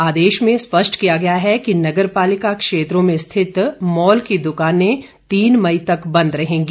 आदेश में स्पष्ट किया गया है कि नगर पालिका क्षेत्रों में रिथित मॉल की दुकानें तीन मई तक बंद रहेंगी